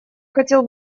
хотел